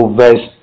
verse